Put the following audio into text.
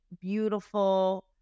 beautiful